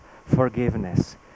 forgiveness